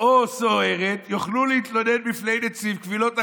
או סוהרת יוכלו להתלונן בפני נציב קבילות החיילים,